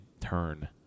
turn